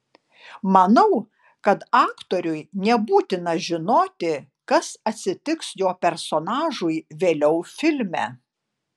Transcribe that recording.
manau kad aktoriui nebūtina žinoti kas atsitiks jo personažui vėliau filme